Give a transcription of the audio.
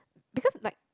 because like